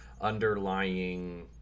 underlying